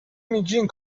میگین